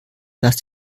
dass